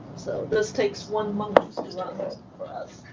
so this takes one month for us.